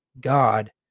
God